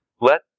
Let